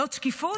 זאת שקיפות?